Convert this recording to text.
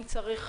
אם צריך,